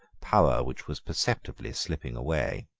power which was perceptibly slipping away.